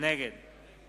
נגד